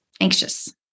anxious